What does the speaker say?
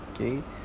Okay